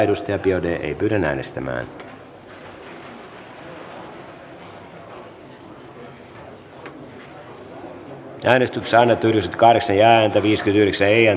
eva biaudet on johanna ojala niemelän kannattamana ehdottanut että luku poistetaan